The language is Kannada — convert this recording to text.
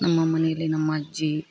ನಮ್ಮ ಮನೆಯಲ್ಲಿ ನಮ್ಮ ಅಜ್ಜಿ